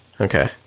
Okay